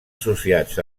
associats